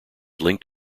linked